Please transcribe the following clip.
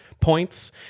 points